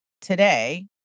today